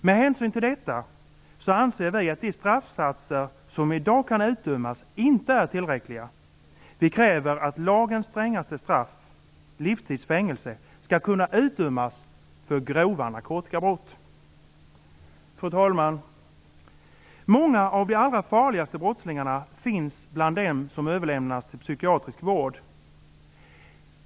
Med hänsyn till detta anser vi att de straffsatser som i dag kan utdömas inte är tillräckliga. Vi kräver att lagens strängaste straff, livstids fängelse, skall kunna utdömas för grova narkotikabrott. Fru talman! Många av de allra farligaste brottslingarna finns bland dem som överlämnas till psykiatrisk vård.